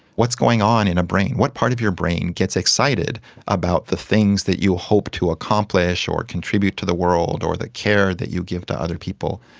what's going on in a brain? what part of your brain gets excited about the things that you hope to accomplish or contribute to the world or the care that you give to other people,